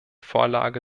vorlage